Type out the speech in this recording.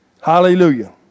Hallelujah